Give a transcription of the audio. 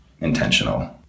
intentional